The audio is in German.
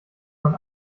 man